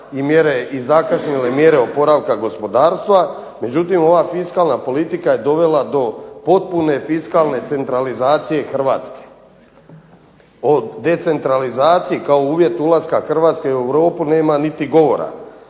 i zakašnjele mjere oporavka gospodarstva. Međutim, ova fiskalna politika je dovela do potpune fiskalne centralizacije Hrvatske. O decentralizaciji kao uvjet ulaska Hrvatske u Europu nema niti govora.